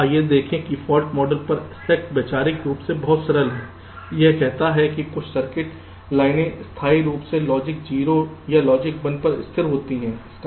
आइए देखें कि फॉल्ट मॉडल पर स्टक वैचारिक रूप से बहुत सरल है यह कहता है कि कुछ सर्किट लाइनें स्थायी रूप से लॉजिक 0 या लॉजिक 1 पर स्थिर होती हैं